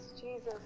Jesus